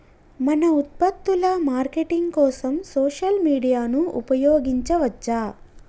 మన ఉత్పత్తుల మార్కెటింగ్ కోసం సోషల్ మీడియాను ఉపయోగించవచ్చా?